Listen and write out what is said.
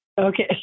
okay